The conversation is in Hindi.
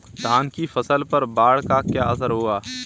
धान की फसल पर बाढ़ का क्या असर होगा?